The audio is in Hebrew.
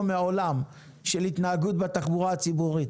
מעולם של התנהגות בתחבורה הציבורית.